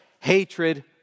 hatred